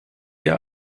ihr